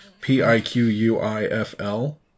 P-I-Q-U-I-F-L